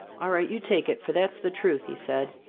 all right, you take it, for that's the truth, he said.